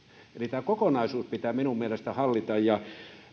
tämä kokonaisuus pitää minun mielestäni hallita